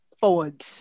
forward